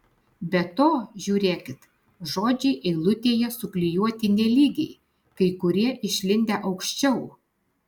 be to žiūrėkit žodžiai eilutėje suklijuoti nelygiai kai kurie išlindę aukščiau